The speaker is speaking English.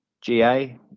GA